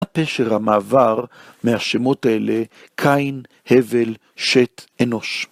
מה פשר המעבר, מהשמות האלה, קין, הבל, שת, אנוש.